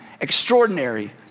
extraordinary